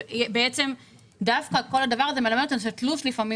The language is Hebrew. בעצם דווקא כל הדבר הזה מלמד אותנו שתלוש לפעמים